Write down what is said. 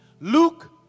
Luke